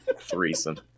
Threesome